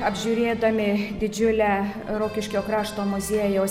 apžiūrėdami didžiulę rokiškio krašto muziejaus